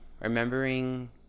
Remembering